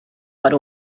per